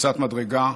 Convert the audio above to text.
בקפיצת מדרגה,